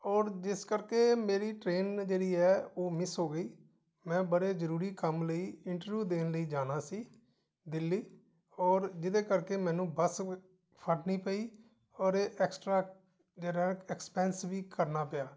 ਔਰ ਜਿਸ ਕਰਕੇ ਮੇਰੀ ਟਰੇਨ ਜਿਹੜੀ ਹੈ ਉਹ ਮਿਸ ਹੋ ਗਈ ਮੈਂ ਬੜੇ ਜ਼ਰੂਰੀ ਕੰਮ ਲਈ ਇੰਟਰਵਿਊ ਦੇਣ ਲਈ ਜਾਣਾ ਸੀ ਦਿੱਲੀ ਔਰ ਜਿਹਦੇ ਕਰਕੇ ਮੈਨੂੰ ਬੱਸ ਫੜਨੀ ਪਈ ਔਰ ਐਕਸਟਰਾ ਜਿਹੜਾ ਐਕਸਪੈਂਸ ਵੀ ਕਰਨਾ ਪਿਆ